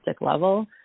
level